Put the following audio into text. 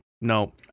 no